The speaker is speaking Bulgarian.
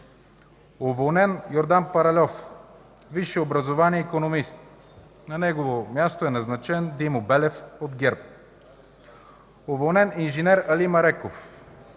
уволнен Йордан Паральов, висше образование – икономист, на негово място е назначен Димо Белев от ГЕРБ; - уволнен инж. Али Мареков,